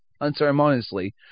unceremoniously